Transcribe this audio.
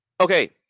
Okay